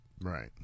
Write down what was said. Right